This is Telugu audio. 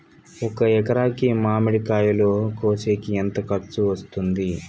ఒక ఎకరాకి మామిడి కాయలు కోసేకి ఎంత ఖర్చు వస్తుంది?